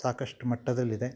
ಸಾಕಷ್ಟು ಮಟ್ಟದಲ್ಲಿದೆ